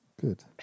Good